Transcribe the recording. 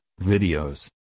videos